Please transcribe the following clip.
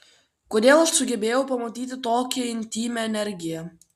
kodėl aš sugebėjau pamatyti tokią intymią energiją